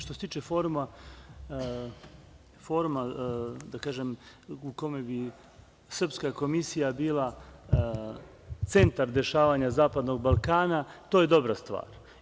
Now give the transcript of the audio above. Što se tiče foruma, da kažem, u kome bi srpska komisija bila centar dešavanja zapadnog Balkana, to je dobra stvar.